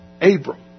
Abram